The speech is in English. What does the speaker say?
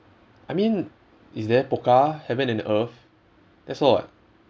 I mean is there pokka heaven and earth that's all [what]